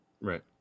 Right